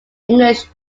english